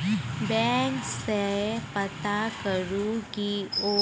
bank सँ पता करु कि ओ